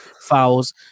fouls